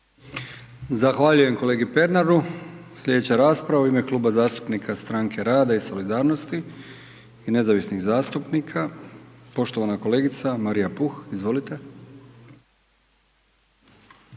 Zahvaljujem kolegi Pernaru. Sljedeća rasprava u ime Kluba zastupnika Stranke rada i solidarnosti i nezavisnih zastupnika, poštovana kolegica Marija Puh, izvolite.